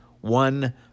one